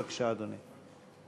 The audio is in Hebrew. בבקשה, אדוני.